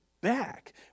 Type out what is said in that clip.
back